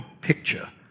picture